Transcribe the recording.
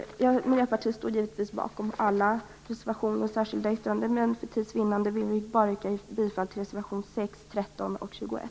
Jag och Miljöpartiet står givetvis bakom alla våra reservationer och särskilda yttranden, men för tids vinnande yrkar vi bifall endast till reservationerna 6,